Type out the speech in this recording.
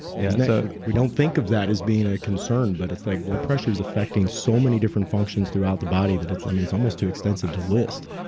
yeah so we don't think of that as being a concern, but it's like blood pressure's affecting so many different functions throughout the body that i mean it's almost too extensive to list